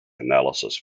analysis